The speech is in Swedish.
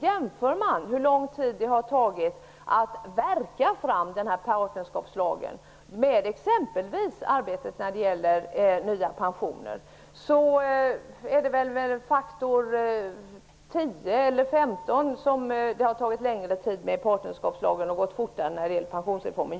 Jämför man hur lång tid det har tagit att verka fram denna parnerskapslag med t.ex. arbetet med den nya pensionen, finner man att det har tagit tio femton gånger så lång tid att utforma partnerskapslagen.